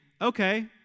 okay